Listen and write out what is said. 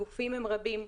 הגופים הם רבים,